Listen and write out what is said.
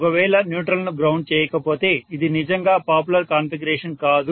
ఒకవేళ న్యూట్రల్ ను గ్రౌండ్ చేయకపోతే ఇది నిజంగా పాపులర్ కాన్ఫిగరేషన్ కాదు